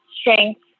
strength